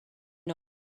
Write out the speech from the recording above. know